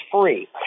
free